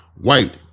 white